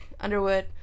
Underwood